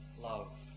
love